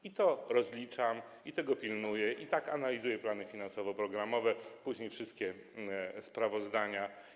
I to rozliczam, i tego pilnuję, i tak analizuję plany finansowo-programowe, później wszystkie sprawozdania.